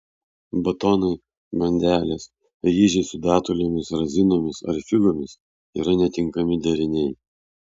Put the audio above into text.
batonai bandelės ryžiai su datulėmis razinomis ar figomis yra netinkami deriniai